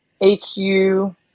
H-U